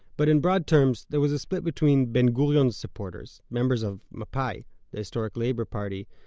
but in broad terms there was a split between ben-gurion's supporters members of mapai the historic labor party,